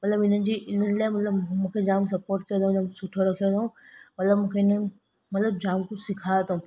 मतिलबु इन्हनि जी मतिलबु मूंखे जाम सपोट कयो सुठो रखियो तईं मतिलबु मूंखे इन्हनि मतिलबु जाम कुझु सेखारियो अथऊं